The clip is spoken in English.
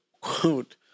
quote